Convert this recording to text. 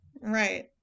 Right